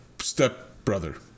stepbrother